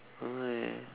I don't know eh